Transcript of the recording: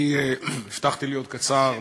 אני הבטחתי להיות קצר,